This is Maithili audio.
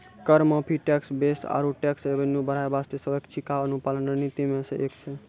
कर माफी, टैक्स बेस आरो टैक्स रेवेन्यू बढ़ाय बासतें स्वैछिका अनुपालन रणनीति मे सं एक छै